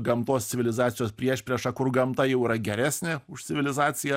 gamtos civilizacijos priešprieša kur gamta jau yra geresnė už civilizaciją